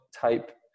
type